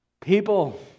people